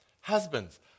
Husbands